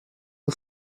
amb